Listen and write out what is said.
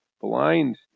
blind